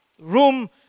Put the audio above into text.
room